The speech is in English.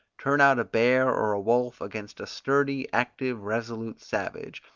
turn out a bear or a wolf against a sturdy, active, resolute savage,